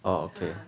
oh okay